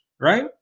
Right